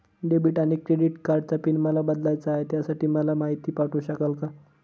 Debit आणि credit कार्डचा pin मला बदलायचा आहे, त्यासाठी मला माहिती पाठवू शकाल का?